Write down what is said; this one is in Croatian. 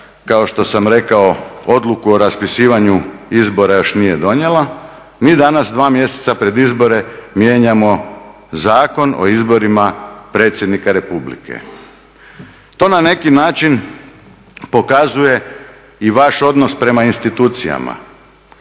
kao što sam rekao odluku o raspisivanju izbora još nije donijela, mi danas 2 mjeseca pred izbore mijenjamo Zakon o izborima predsjednika Republike. To na neki način pokazuje i vaš odnos prema institucijama